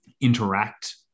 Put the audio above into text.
interact